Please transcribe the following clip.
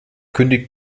kündigt